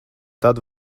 tad